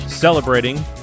Celebrating